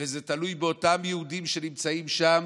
וזה תלוי באותם יהודים שנמצאים שם,